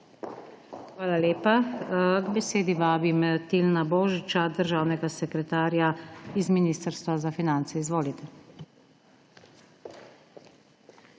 Hvala lepa. K besedi vabim Tilna Božiča, državnega sekretarja z Ministrstva za finance. Izvolite.